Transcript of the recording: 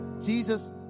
Jesus